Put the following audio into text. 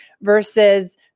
versus